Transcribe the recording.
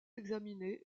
examiner